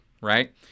right